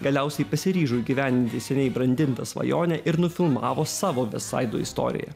galiausiai pasiryžo įgyvendinti seniai brandintą svajonę ir nufilmavo savo vestsaido istoriją